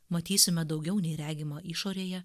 matysime daugiau nei regima išorėje